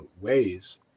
ways